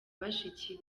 bashiki